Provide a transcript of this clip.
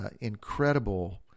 incredible